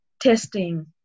testing